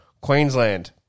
Queensland